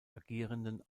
agierenden